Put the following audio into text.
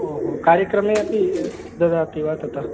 ओ हो कार्यक्रमे अपि ददाति वा तथा